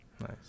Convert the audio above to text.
Nice